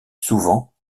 souvent